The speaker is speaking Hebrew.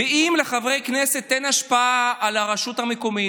ואם לחברי כנסת אין השפעה על הרשות המקומית,